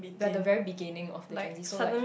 but the very beginning of the gen z so like